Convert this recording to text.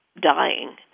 dying